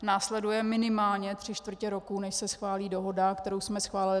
Následuje minimálně tři čtvrtě roku, než se schválí dohoda, kterou jsme schválili.